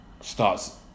starts